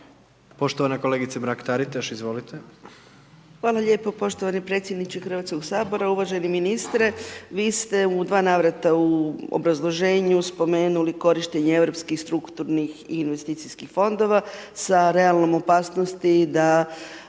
izvolite. **Mrak-Taritaš, Anka (GLAS)** Hvala lijepo poštovani predsjedniče HS-a. Uvaženi ministre, vi ste u dva navrata u obrazloženju spomenuli korištenje europskih strukturnih i investicijskih fondova sa realnom opasnosti da